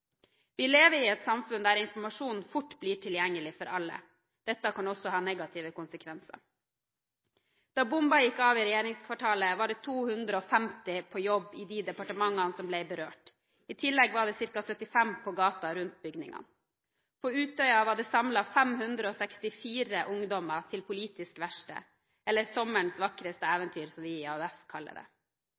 Vi lever i et samfunn der informasjonen fort blir tilgjengelig for alle. Dette kan også ha negative konsekvenser. Da bomben gikk av i regjeringskvartalet, var det 250 på jobb i de departementene som ble berørt. I tillegg var det ca. 75 på gaten rundt bygningene. På Utøya var det samlet 564 ungdommer til politisk verksted – eller sommerens vakreste eventyr, som vi i AUF kaller det.